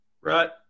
Right